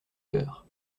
heures